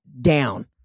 down